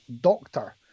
doctor